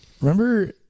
Remember